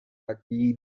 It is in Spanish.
aquí